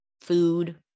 food